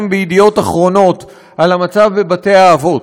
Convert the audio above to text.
ב"ידיעות אחרונות" על המצב בבתי-האבות.